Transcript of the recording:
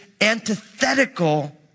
antithetical